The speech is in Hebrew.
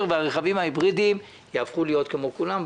והרכבים ההיברידיים יהפכו להיות כמו כולם,